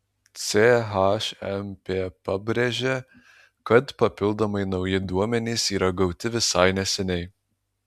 chmp pabrėžė kad papildomai nauji duomenys yra gauti visai neseniai